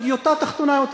בדיוטה תחתונה יותר,